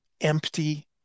empty